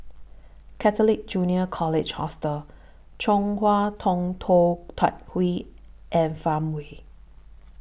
Catholic Junior College Hostel Chong Hua Tong Tou Teck Hwee and Farmway